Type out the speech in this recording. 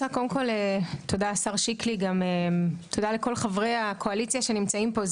תודה השר שיקלי ולכל חברי הקואליציה שנמצאים פה.